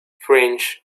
french